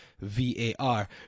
VAR